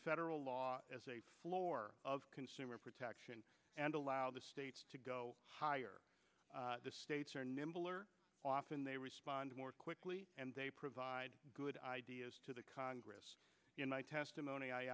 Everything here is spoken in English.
federal law as a floor of consumer protection and allow the states to go higher the states are nimble or often they respond more quickly and they provide good ideas to the congress in one testimony i